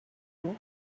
donc